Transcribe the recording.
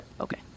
okay